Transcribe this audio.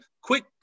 quick